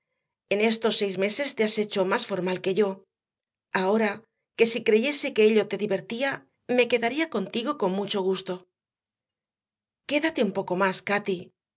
en estos seis meses te has hecho más formal que yo ahora que si creyese que ello te divertía me quedaría contigo con mucho gusto quédate un poco más cati